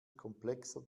komplexer